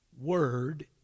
word